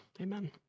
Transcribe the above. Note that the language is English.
Amen